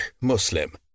Muslim